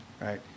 Right